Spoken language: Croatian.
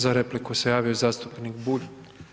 Za repliku se javio zastupnik Bulj.